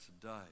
today